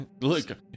look